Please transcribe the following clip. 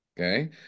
Okay